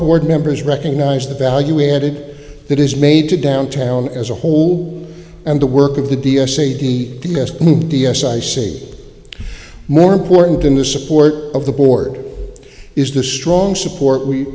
board members recognize the value added that is made to downtown as a whole and the work of the d s a d p s d s i say more important than the support of the board is the strong support we